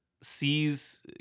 sees